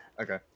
Okay